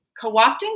co-opting